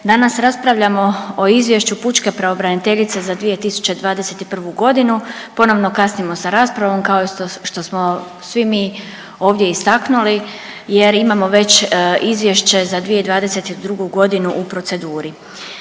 danas raspravljamo o Izvješću pučke pravobraniteljice za 2021. godinu. Ponovno kasnimo s raspravom kao i što smo svi mi ovdje istaknuli jer imamo već izvješće za 2022. godinu u proceduri.